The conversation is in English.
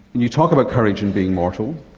you talk about courage and being mortal,